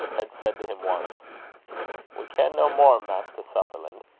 had said to him once we ken no more, maister sutherlan',